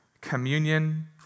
communion